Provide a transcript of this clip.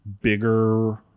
bigger